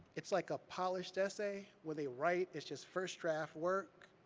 it's like a polished essay, when they write, it's just first draft work.